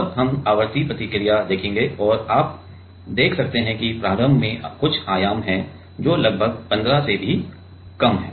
और हम आवृत्ति प्रतिक्रिया देखेंगे और आप देख सकते हैं कि प्रारंभ में कुछ आयाम है जो लगभग 15 से भी कम है